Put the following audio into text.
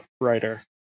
writer